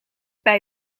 bij